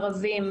ערבים,